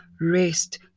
rest